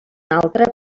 altre